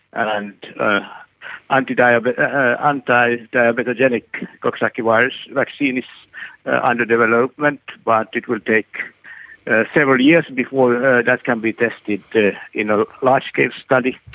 and anti-diabetogenic ah anti-diabetogenic coxsackie-virus vaccine is under development but it will take several years before that can be tested in a large-scale study.